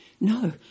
No